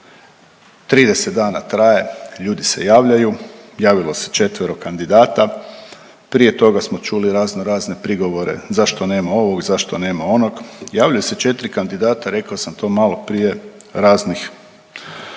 30 dana traje, ljudi se javljaju, javilo se 4-ero kandidata, prije toga smo čuli razno razne prigovore zašto nema ovog, zašto nema onog. Javljaju se 4 kandidata rekao sam to maloprije, raznih po